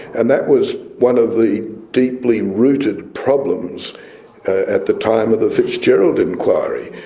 and that was one of the deeply rooted problems at the time of the fitzgerald inquiry,